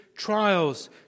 Trials